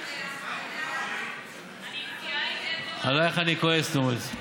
אין מה לשבח, עלייך אני כועס, נורית.